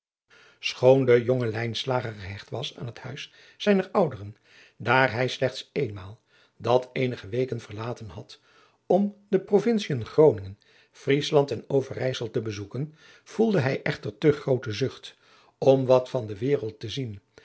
de jonge lijnslager gehecht was aan het huis zijner ouderen daar hij slechts eenmaal dat eenige weken verlaten had om de provincien groningen vriesland en overijssel te bezoeken voelde hij echter te groote zucht om wat van de wereld te zien